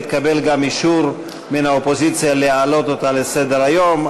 היא תקבל גם אישור מן האופוזיציה להעלות אותה על סדר-היום,